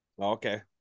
Okay